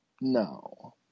No